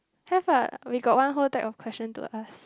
have ah we got one whole deck of questions to ask